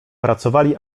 pracowali